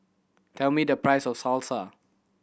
tell me the price of Salsa